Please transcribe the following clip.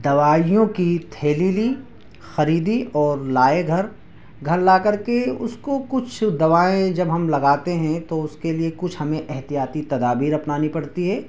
دوائیوں کی تھیلی لی خریدی اور لائے گھر گھر لا کر کے اس کو کچھ دوائیں جب ہم لگاتے ہیں تو اس کے لیے کچھ ہمیں احتیاطی تدابیر اپنانی پڑتی ہے